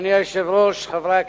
אדוני היושב-ראש, חברי הכנסת,